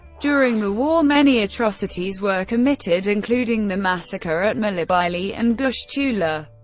during the war many atrocities were committed including the massacre at malibeyli and gushchular,